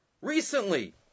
recently